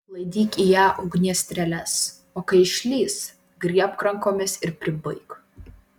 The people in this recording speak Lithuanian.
laidyk į ją ugnies strėles o kai išlįs griebk rankomis ir pribaik